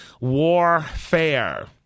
warfare